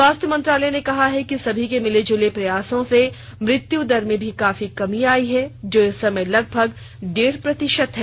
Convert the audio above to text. स्वास्थ्य मंत्रालय ने कहा है कि सभी के मिले जुले प्रयासों से मृत्युदर में भी काफी कमी आई है जो इस समय लगभग डेढ़ प्रतिशत है